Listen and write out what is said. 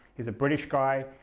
he's a british guy,